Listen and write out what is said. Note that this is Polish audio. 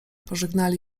pożegnali